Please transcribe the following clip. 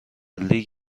لیگ